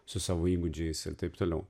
su savo įgūdžiais ir taip toliau